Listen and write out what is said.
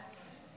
להעביר